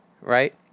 right